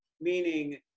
Meaning